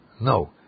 No